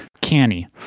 canny